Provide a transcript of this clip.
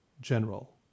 general